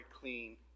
clean